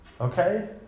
Okay